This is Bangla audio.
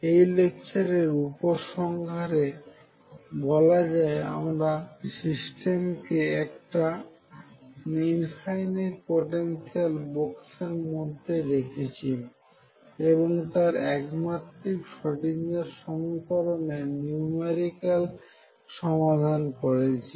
এই লেকচারের উপসংহারে বলা যায় আমরা সিস্টেমকে একটা ইনফাইনাইট পোটেনশিয়াল বক্সের মধ্যে রেখেছি এবং তার একমাত্রিক স্রোডিঞ্জার সমীকরণের নিউমেরিক্যাল সমাধান করেছি